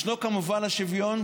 ישנו כמובן השוויון,